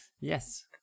Yes